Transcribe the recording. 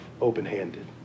open-handed